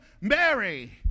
Mary